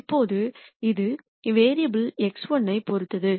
இப்போது இது variable x1 ஐப் பொறுத்தது